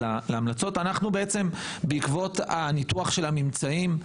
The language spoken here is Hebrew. בעקבות ניתוח הממצאים,